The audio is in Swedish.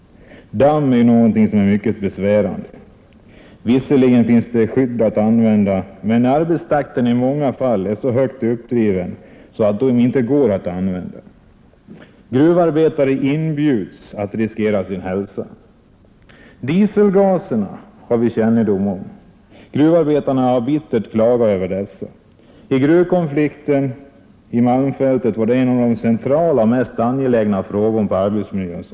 Damm är något mycket besvärande. Visserligen finns det dammskydd, men när arbetstakten är så högt uppdriven som den är i många fall går skydden inte att använda. Gruvarbetarna inbjudes till att riskera sin hälsa. Dieselgaserna känner vi också till; gruvarbetarna har bittert klagat över dem. Vid gruvkonflikten i malmfälten var den frågan en av de mest centrala och angelägna när det gäller arbetsmiljön.